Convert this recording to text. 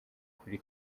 kuri